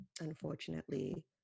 unfortunately